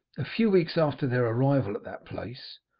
a few weeks after their arrival at that place,